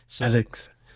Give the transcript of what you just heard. Alex